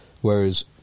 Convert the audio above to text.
whereas